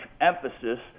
emphasis